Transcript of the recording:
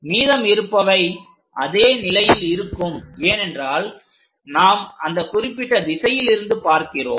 மீதம் இருப்பவை அதே நிலையில் இருக்கும் ஏனென்றால் நாம் அந்த குறிப்பிட்ட திசையிலிருந்து பார்க்கிறோம்